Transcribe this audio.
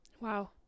Wow